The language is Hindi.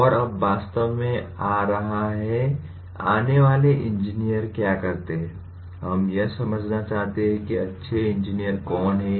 और अब वास्तव में आ रहा है आने वाले इंजीनियर क्या करते हैं हम यह समझना चाहते हैं कि अच्छे इंजीनियर कौन हैं